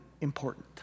important